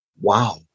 wow